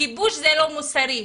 כיבוש זה לא מוסרי.